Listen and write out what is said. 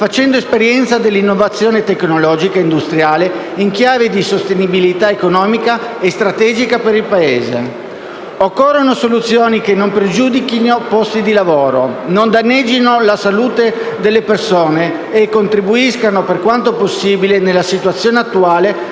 facendo esperienza dell'innovazione tecnologica e industriale in chiave di sostenibilità economica e strategica per il Paese. Occorrono soluzioni che non pregiudichino posti di lavoro, non danneggino la salute delle persone e contribuiscano, per quanto possibile nella situazione attuale,